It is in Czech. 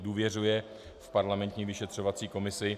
Důvěřuje v parlamentní vyšetřovací komisi